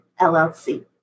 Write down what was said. LLC